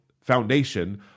foundation